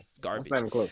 garbage